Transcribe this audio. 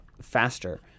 faster